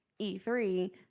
E3